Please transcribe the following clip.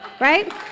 right